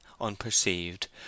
unperceived